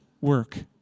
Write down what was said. work